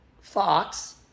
Fox